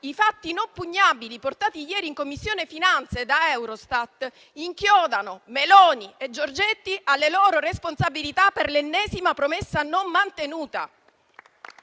i fatti inoppugnabili portati ieri in Commissione finanze da Eurostat inchiodano Meloni e Giorgetti alle loro responsabilità per l'ennesima promessa non mantenuta.